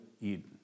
Eden